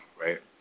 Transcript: right